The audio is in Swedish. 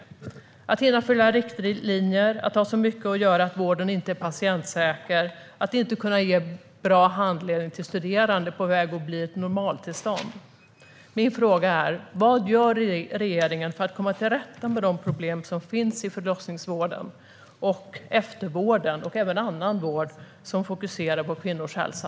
Att inte hinna följa riktlinjer, att ha så mycket att göra att vården inte är patientsäker och att inte kunna ge bra handledning till studerande är på väg att bli normaltillståndet. Min fråga är vad regeringen gör för att komma till rätta med de problem som finns i förlossningsvården, eftervården och även annan vård som fokuserar på kvinnors hälsa.